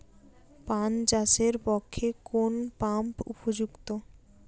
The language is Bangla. পান চাষের পক্ষে কোন পাম্প উপযুক্ত?